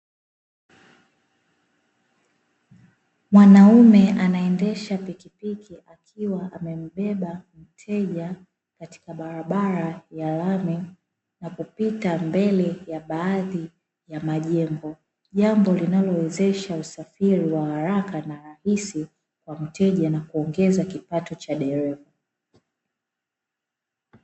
Mwanaume anaendesha pikipiki akiwa amembeba mteja katika barabara ya lami nakupita mbele ya baadhi ya majengo, jambo linalowezesha usafiri wa haraka na rahisi kwa mteja na kuongeza kipato cha dereva.